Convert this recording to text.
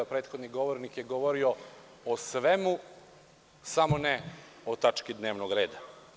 Prethodni govornik je govorio o svemu samo ne o tački dnevnog reda.